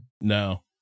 No